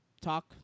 talk